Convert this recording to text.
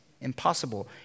Impossible